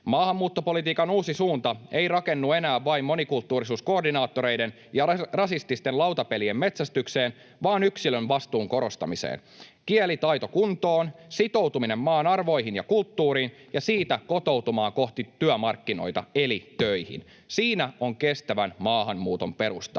Maahanmuuttopolitiikan uusi suunta ei rakennu enää vain monikulttuurisuuskoordinaattoreille ja rasististen lautapelien metsästykseen, vaan yksilön vastuun korostamiseen. Kielitaito kuntoon, sitoutuminen maan arvoihin ja kulttuuriin ja siitä kotoutumaan kohti työmarkkinoita eli töihin — siinä on kestävän maahanmuuton perusta.